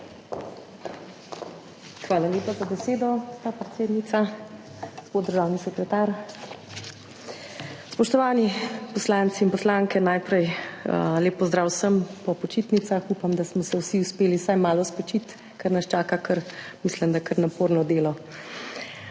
Hvala lepa za besedo, gospa predsednica. Gospod državni sekretar! Spoštovani poslanci in poslanke! Najprej lep pozdrav vsem po počitnicah. Upam, da smo se vsi uspeli vsaj malo spočiti, ker nas čaka kar naporno delo.